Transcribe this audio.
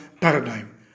paradigm